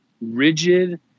Rigid